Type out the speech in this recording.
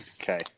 Okay